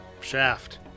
Shaft